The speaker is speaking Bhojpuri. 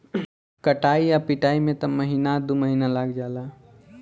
कटाई आ पिटाई में त महीना आ दु महीना लाग जाला